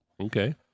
Okay